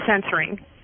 censoring